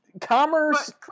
Commerce